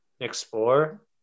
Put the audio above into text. explore